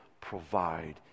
provide